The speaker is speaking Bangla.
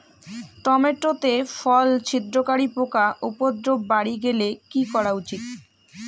টমেটো তে ফল ছিদ্রকারী পোকা উপদ্রব বাড়ি গেলে কি করা উচিৎ?